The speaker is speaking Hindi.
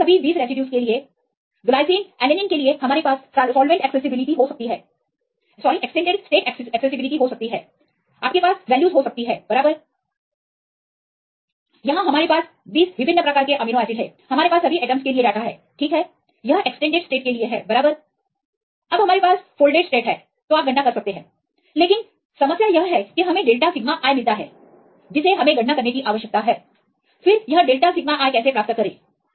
तो यह सभी 20 रेसिड्यूज के लिए ग्लाइसीन एलैनिन के लिए हमारे पास एक्सटेंडेड स्टेट एक्सेसिबिलिटी हो सकती है आपके पास वैल्यूज हो सकते हैं बराबर यहां पर 20 विभिन्न अमीनो एसिड है हमारे पास सभी एटमस के लिए डेटा है यह ठीक है यह एक्सटेंडेड स्टेट के लिए है बराबर अब हमारे पास फोल्डेड स्टेटहै तो आप गणना कर सकते हैं लेकिन समस्या यह है कि हमें डेल्टा सिग्मा i मिलता है जिसे हमें गणना करने की आवश्यकता है फिर यह डेल्टा सिग्मा i कैसे प्राप्त करें